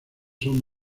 son